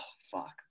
Fuck